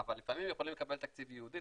אבל לפעמים הם יכולים לקבל תקציב ייעודי,